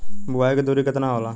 बुआई के दुरी केतना होला?